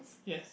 yes